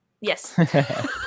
Yes